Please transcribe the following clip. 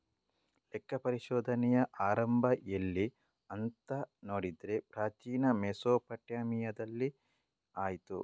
ಲೆಕ್ಕ ಪರಿಶೋಧನೆಯ ಆರಂಭ ಎಲ್ಲಿ ಅಂತ ನೋಡಿದ್ರೆ ಪ್ರಾಚೀನ ಮೆಸೊಪಟ್ಯಾಮಿಯಾದಲ್ಲಿ ಆಯ್ತು